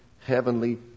heavenly